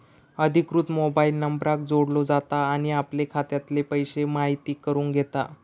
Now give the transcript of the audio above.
अधिकृत मोबाईल नंबराक जोडलो जाता आणि आपले खात्यातले पैशे म्हायती करून घेता